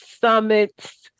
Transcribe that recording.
summits